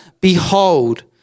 Behold